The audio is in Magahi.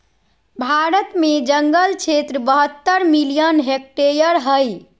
भारत में जंगल क्षेत्र बहत्तर मिलियन हेक्टेयर हइ